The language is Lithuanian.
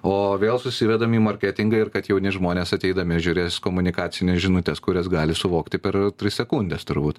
o vėl susivedam į marketingą ir kad jauni žmonės ateidami žiūrės komunikacines žinutes kurias gali suvokti per tris sekundes turbūt